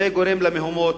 זה גורם למהומות.